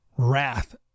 wrath